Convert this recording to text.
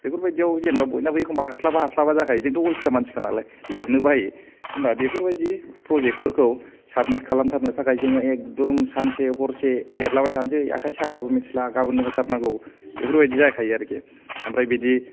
बेफोरबायदियाव बयनाबो जेनेबा हास्लाबा हास्लाबा जाखायो जोंथ' अलसिया मानसिखा नालाय लिरनो बायो होनबा बेफोरबायदि प्रजेक्टफोरखौ साबमिट खालामथारनो थाखाय जों एकदम सानसे हरसे लिरलाबाय थानोसै आखाय साबाबो मिनथिला गाबोननो होथारनांगौ बेफोरबादि जायो आरोखि ओमफ्राय बिदि